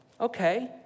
Okay